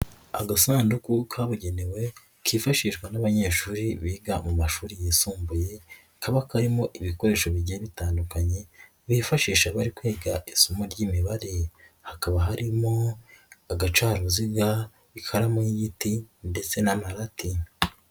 Agasanduku kabugenewe, kifashishwa n'abanyeshuri biga mu mashuri yisumbuye. Kaba karimo ibikoresho bijya bitandukanye, bifashisha bari kwiga isomo ry'imibare. Hakaba harimo agacaruziga, ikaramu y'igiti ndetse n'amarati.